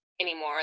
anymore